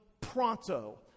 pronto